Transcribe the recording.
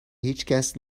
هیچکس